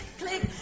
click